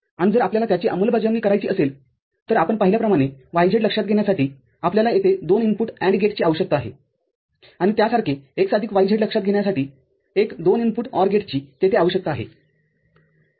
आणि जर आपल्याला त्याची अंमलबजावणी करायची असेल तरआपण पाहिल्याप्रमाणे yz लक्षात येण्यासाठी आपल्याला येथे दोन इनपुट AND गेटची आवश्यकता आहेआणि त्यासारखे x आदिक yz लक्षात येण्यासाठी एक दोन इनपुट OR गेटचीतेथे आवश्यकता आहे